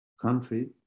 country